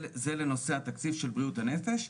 זה לנושא התקציב של בריאות הנפש,